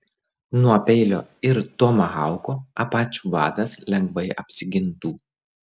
nuo peilio ir tomahauko apačių vadas lengvai apsigintų